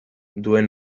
duen